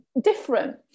different